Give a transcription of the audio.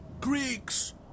Greeks